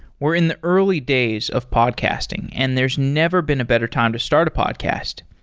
we're in the early days of podcasting, and there's never been a better time to start a podcast.